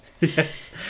Yes